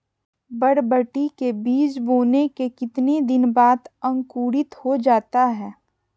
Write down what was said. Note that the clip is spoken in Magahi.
बरबटी के बीज बोने के कितने दिन बाद अंकुरित हो जाता है?